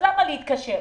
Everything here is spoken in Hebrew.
למה להתקשר?